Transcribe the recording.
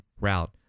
route